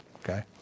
Okay